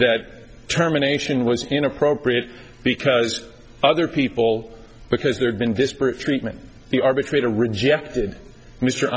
that terminations was inappropriate because other people because there had been disparate treatment the arbitrator rejected mr